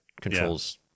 controls